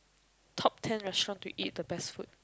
top ten restaurant to eat the best food